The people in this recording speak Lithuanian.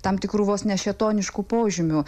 tam tikrų vos ne šėtoniškų požymių